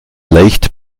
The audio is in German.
leicht